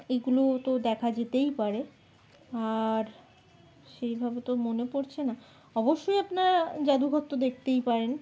এগুলো তো দেখা যেতেই পারে আর সেইভাবে তো মনে পড়ছে না অবশ্যই আপনারা জাদুঘর তো দেখতেই পারেন